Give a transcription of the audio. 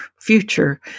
future